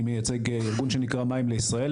אני מייצג ארגון שנקרא ׳מים לישראל׳,